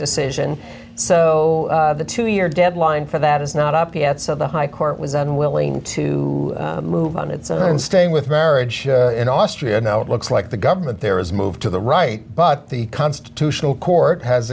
decision so the two year deadline for that is not up yet so the high court was unwilling to move on its own staying with marriage in austria no it looks like the government there is moved to the right but the constitutional court has